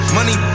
Money